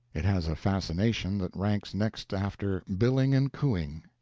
it has a fascination that ranks next after billing and cooing.